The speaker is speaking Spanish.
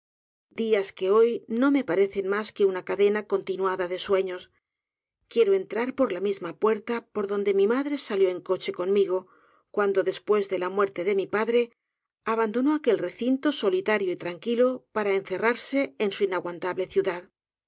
felicidad diasque hoy no me parecen mas que una cadena continuada de sueños quiero entrar por la misma puerta por donde mi madre salió en coche conmigo cuando después de la muerte de mi padre abandonó aquel r e cinto solitario y tranquilo para encerrarse en su inaguantable ciudad